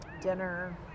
dinner